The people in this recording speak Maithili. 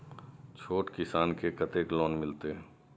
छोट किसान के कतेक लोन मिलते?